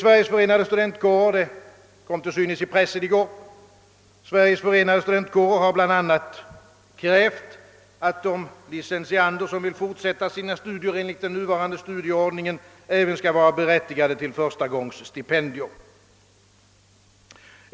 Det kom i år till synes i pressen, att Sveriges förenade studentkårer bl.a. hade krävt att de licentiander som vill fortsätta sina studier enligt den nuvarande studieordningen även skall vara berättigade till förstagångsstipendier.